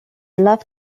love